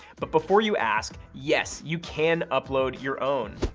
but before you ask yes, you can upload your own!